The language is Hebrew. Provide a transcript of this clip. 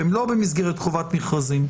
שהם לא במסגרת חובת מכרזים,